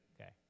okay